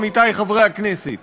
עמיתי חברי הכנסת,